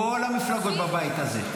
כל המפלגות בבית הזה,